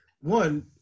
One